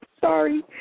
Sorry